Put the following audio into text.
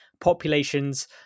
populations